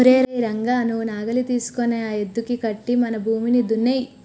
ఓరై రంగ నువ్వు నాగలి తీసుకొని ఆ యద్దుకి కట్టి మన భూమిని దున్నేయి